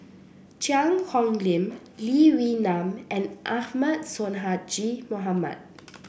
Cheang Hong Lim Lee Wee Nam and Ahmad Sonhadji Mohamad